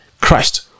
Christ